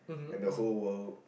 when the whole world